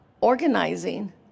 organizing